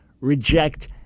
reject